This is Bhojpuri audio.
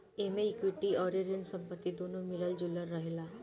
एमे इक्विटी अउरी ऋण संपत्ति दूनो मिलल जुलल रहेला